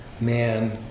man